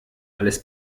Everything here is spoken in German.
alles